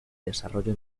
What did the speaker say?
desarrollo